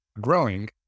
growing